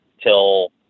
till